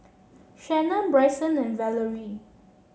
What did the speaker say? Shanna Bryson and Valerie